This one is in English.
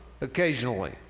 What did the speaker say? occasionally